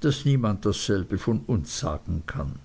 daß niemand dasselbe von uns sagen kann